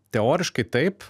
teoriškai taip